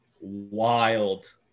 wild